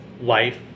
life